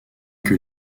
que